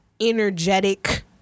energetic